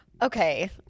Okay